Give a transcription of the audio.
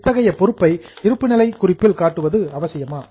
இத்தகைய பொறுப்பை இருப்புநிலை குறிப்பில் காட்டுவது அவசியமா